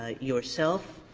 ah yourself